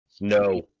No